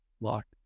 Locked